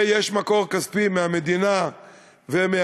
יש מקור כספי מהמדינה ומהחקלאים,